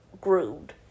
groomed